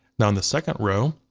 now in the second row,